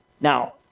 Now